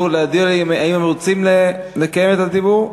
להודיע לי אם הם רוצים לקיים את הדיבור,